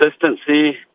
consistency